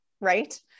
right